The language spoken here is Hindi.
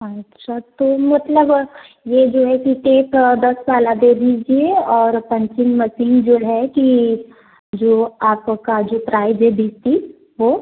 अच्छा तो मतलब यह जो है कि टेप दस वाला दे दीजिए और पंचिंग मसीन जो है कि जो आंको का जो प्राईज़ दे दिती वह